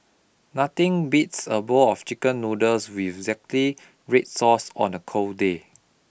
nothing beats a bowl of chicken noodles with zingy red sauce on a cold day